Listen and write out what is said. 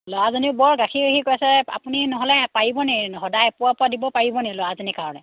ল'ৰাজনী বৰ গাখীৰ গাখীৰ কৈছে আপুনি নহ'লে পাৰিব ন নি সদায় এপোৱা পোৱা দিব পাৰিব নি ল'ৰাজনীৰ কাৰণে